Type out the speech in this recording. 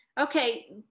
Okay